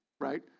right